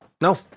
no